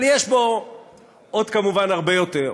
אבל יש בו כמובן עוד הרבה יותר.